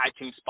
iTunes